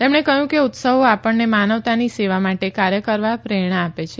તેમણે કહ્યું કે ઉત્સવો આપણને માનવતાની સેવા માટે કાર્ય કરવા પ્રેરણા આપે છે